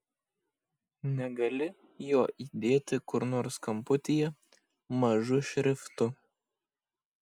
negali jo įdėti kur nors kamputyje mažu šriftu